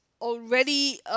already